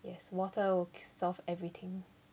yes water will solve everything